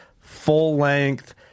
full-length